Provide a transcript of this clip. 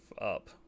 up